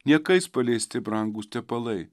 niekais paleisti brangūs tepalai